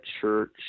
church